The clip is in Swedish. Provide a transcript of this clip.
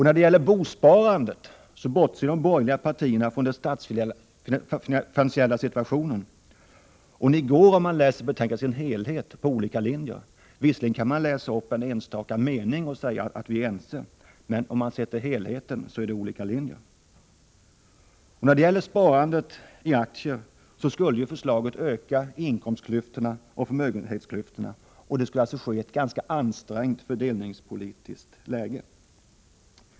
När det gäller bosparandet bortser de borgerliga partierna från den statsfinansiella situationen. Om man läser betänkandet i dess helhet ser man att ni går på olika linjer. Visserligen kan ni läsa upp en enstaka mening och säga att där är ni ense, men ser man till helheten finner man att det förhåller sig annorlunda. Vad beträffar sparandet i aktier skulle förslaget, om det genomfördes, öka inkomstklyftorna och förmögenhetsklyftorna, och det skulle ske i ett ganska ansträngt fördelningspolitiskt läge.